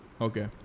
Okay